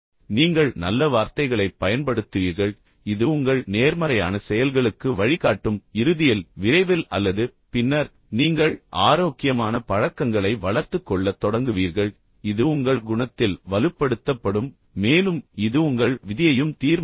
நீங்கள் நல்ல வார்த்தைகளைப் பயன்படுத்துவீர்கள் இது உங்கள் நேர்மறையான செயல்களுக்கு வழிகாட்டும் இறுதியில் விரைவில் அல்லது பின்னர் நீங்கள் ஆரோக்கியமான பழக்கங்களை வளர்த்துக் கொள்ளத் தொடங்குவீர்கள் இது உங்கள் குணத்தில் வலுப்படுத்தப்படும் மேலும் இது உங்கள் விதியையும் தீர்மானிக்கும்